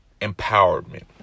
Empowerment